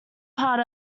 part